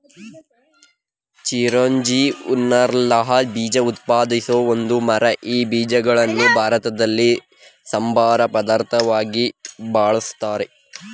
ಚಿರೋಂಜಿ ತಿನ್ನಲರ್ಹ ಬೀಜ ಉತ್ಪಾದಿಸೋ ಒಂದು ಮರ ಈ ಬೀಜಗಳನ್ನು ಭಾರತದಲ್ಲಿ ಸಂಬಾರ ಪದಾರ್ಥವಾಗಿ ಬಳುಸ್ತಾರೆ